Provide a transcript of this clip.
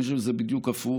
אני חושב שזה בדיוק הפוך,